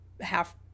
half